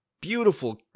beautiful